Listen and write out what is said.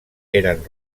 eren